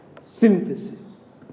synthesis